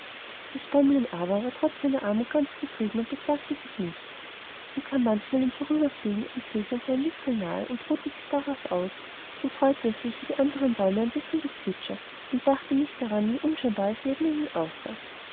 das bäumlein aber war trotz seiner armut ganz zufrieden und beklagte sich nicht und kam manchmal im vorüberfliegen ein vöglein seinem wipfel nahe und ruhte sich darauf aus so freute es sich wie die andern bäume an dessen gezwitscher und dachte nicht daran wie unscheinbar es neben ihnen